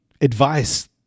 advice